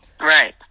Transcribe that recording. right